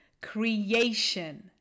creation